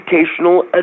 educational